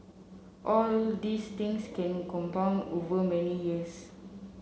all these things can compound over many years